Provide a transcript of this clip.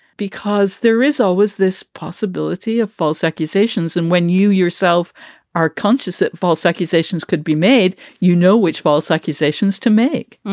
because there is always this possibility of false accusations. and when you yourself are conscious that false accusations could be made, you know which false accusations to make,